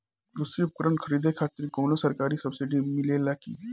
कृषी उपकरण खरीदे खातिर कउनो सरकारी सब्सीडी मिलेला की?